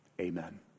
Amen